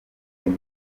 kuri